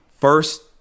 first